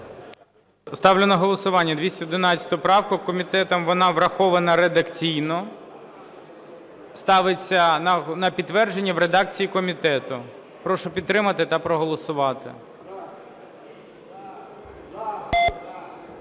Ставлю на голосування 211 правку. Комітетом вона врахована редакційно. Ставиться на підтвердження в редакції комітету. Прошу підтримати та проголосувати.